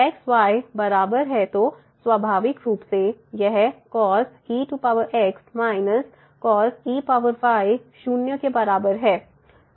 x y बराबर हैं तो स्वाभाविक रूप से यह cos ex−cos ey शून्य के बराबर है